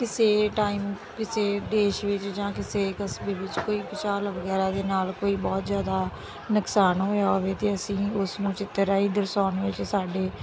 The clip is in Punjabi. ਕਿਸੇ ਟਾਈਮ ਕਿਸੇ ਦੇਸ਼ ਵਿੱਚ ਜਾਂ ਕਿਸੇ ਕਸਬੇ ਵਿੱਚ ਕੋਈ ਚਾਲ ਵਗੈਰਾ ਦੇ ਨਾਲ ਕੋਈ ਬਹੁਤ ਜ਼ਿਆਦਾ ਨੁਕਸਾਨ ਹੋਇਆ ਹੋਵੇ ਅਤੇ ਅਸੀਂ ਉਸਨੂੰ ਚਿੱਤਰ ਰਾਹੀਂ ਦਰਸਾਉਣ ਵਿਚ ਸਾਡੇ